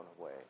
away